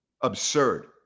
Absurd